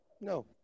No